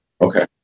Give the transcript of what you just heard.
Okay